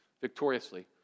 victoriously